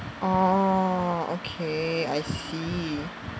orh okay I see